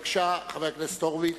חבר הכנסת הורוביץ,